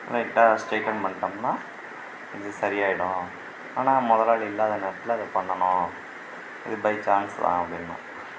லைட்டாக ஸ்ட்ரைட்டன் பண்ணிட்டம்னா இது சரியாகிடும் ஆனால் முதலாளி இல்லாத நேரத்தில் அதை பண்ணணும் இது பைசான்ஸ் தான் அப்படின்னான்